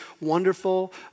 wonderful